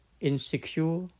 insecure